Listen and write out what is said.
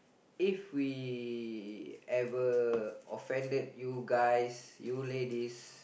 if we ever offended you guys you ladies